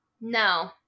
no